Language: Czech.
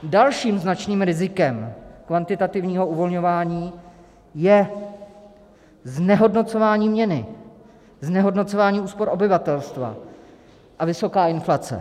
Dalším značným rizikem kvantitativního uvolňování je znehodnocování měny, znehodnocování úspor obyvatelstva a vysoká inflace.